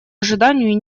ожиданию